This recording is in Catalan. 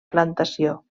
plantació